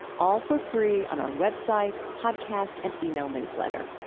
all for free on our web site, podcast, and ah e-mail newsletter.